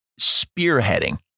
spearheading